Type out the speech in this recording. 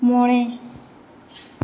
ᱢᱚᱬᱮ